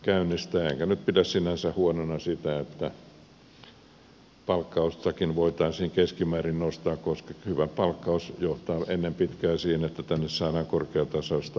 enkä nyt pidä sinänsä huonona sitä että palkkaustakin voitaisiin keskimäärin nostaa koska hyvä palkkaus johtaa ennen pitkää siihen että tänne saadaan korkeatasoista avustajakuntaa